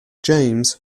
james